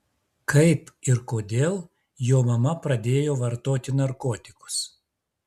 kaip ir kodėl jo mama pradėjo vartoti narkotikus